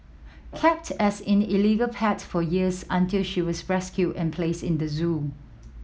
kept as in illegal pet for years until she was rescued and placed in the zoo